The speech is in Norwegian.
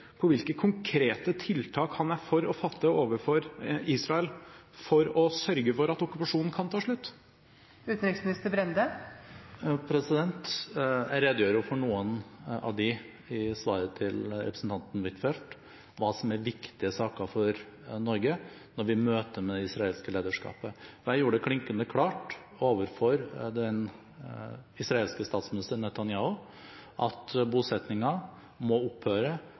på hvilke konkrete tiltak han er for å fatte overfor Israel for å sørge for at okkupasjonen kan ta slutt? Jeg redegjorde for noen av dem i svaret til representanten Huitfeldt, hva som er viktige saker for Norge når vi møter det israelske lederskapet. Jeg gjorde det klinkende klart overfor den israelske statsministeren, Netanyahu, at bosettingen må opphøre